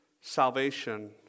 salvation